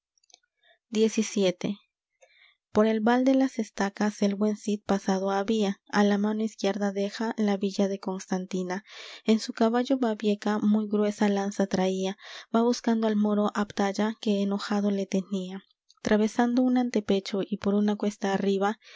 xvii por el val de las estacas el buen cid pasado había á la mano izquierda deja la villa de constantina en su caballo babieca muy gruesa lanza traía va buscando al moro abdalla que enojado le tenía travesando un antepecho y por una cuesta arriba